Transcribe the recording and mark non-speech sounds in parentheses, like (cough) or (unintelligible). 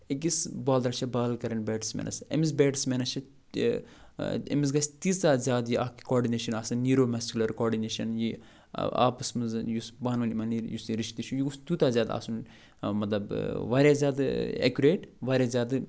أکِس بالرَس چھےٚ بال کَرٕنۍ بیٹٕسمینَس أمِس بیٹٕسمینَس چھِ تہِ أمِس گژھِ تیٖژاہ زیادٕ یہِ اَکھ یہِ کاڈِنیشَن آسٕنۍ نیٖرومَسکیوٗلَر کاڈِنیشَن یہِ آپَس منٛز یُس پانہٕ ؤنۍ یِمَن (unintelligible) یُس یہِ رِشتہٕ چھِ یہِ گوٚژھ تیوٗتاہ زیادٕ آسُن مطلب واریاہ زیادٕ اٮ۪کُریٹ واریاہ زیادٕ